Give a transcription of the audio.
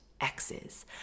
exes